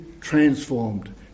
transformed